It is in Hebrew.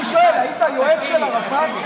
אני שואל: היית היועץ של ערפאת?